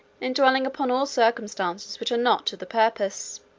in dwelling upon all circumstances which are not to the purpose.